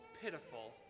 pitiful